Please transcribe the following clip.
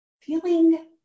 feeling